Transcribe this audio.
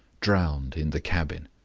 drowned in the cabin.